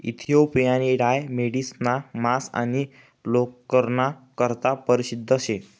इथिओपियानी डाय मेढिसना मांस आणि लोकरना करता परशिद्ध शे